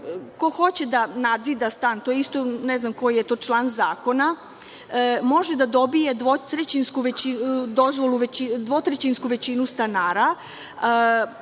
Ko hoće da nadzida stan, ne znam koji je to član zakona, može da dobije dvotrećinsku većinu stanara.